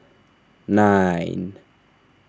nine